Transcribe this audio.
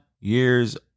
years